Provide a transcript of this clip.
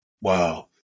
Wow